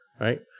right